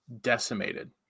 decimated